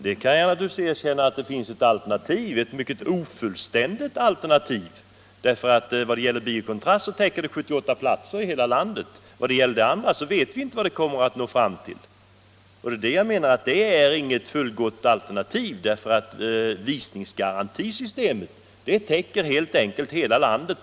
Herr talman! Jag kan naturligtvis erkänna att det anvisas ett alternativ, dock ett mycket ofullständigt sådant. Bio Kontrast täcker bara 78 platser i hela landet, och vad de övriga åtgärderna kommer att nå fram till vet vi inte. Jag menar alltså att detta inte är något fullgott alternativ. Visningsgarantisystemet täcker däremot från början hela landet.